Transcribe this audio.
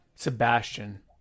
Sebastian